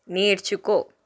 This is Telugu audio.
నేర్చుకో